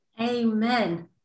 amen